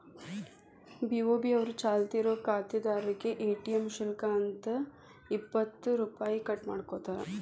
BOB ಅವರು ಚಾಲ್ತಿ ಇರೋ ಖಾತಾದಾರ್ರೇಗೆ ಎ.ಟಿ.ಎಂ ಶುಲ್ಕ ಅಂತ ರೊ ಇಪ್ಪತ್ತು ಕಟ್ ಮಾಡ್ಕೋತಾರ